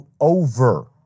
over